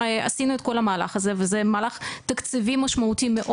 עשינו את כל המהלך הזה וזה מהלך תקציבי משמעותי של